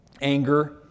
Anger